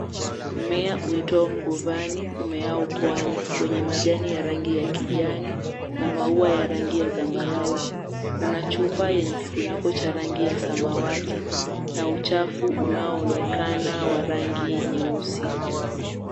Mmea uitwao mguvani, umeao wa pwani wenye majani ya rangi ya kijani na maua ya rangi ya zambarau. Kuna chupa yenye kifuniko cha rangi ya samawati na uchafu unaoonekana wa rangi nyeusi.